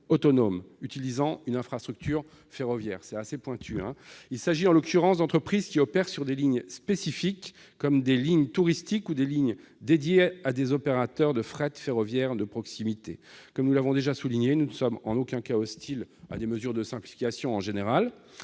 autonomes utilisant une infrastructure ferroviaire. Comme vous le constatez, c'est assez pointu. Il s'agit en l'occurrence d'entreprises qui opèrent sur des lignes spécifiques, comme des lignes touristiques ou des lignes dédiées à des opérateurs de fret ferroviaire de proximité. Comme nous l'avons déjà souligné, nous ne sommes en aucun cas hostiles à des mesures de simplification de règles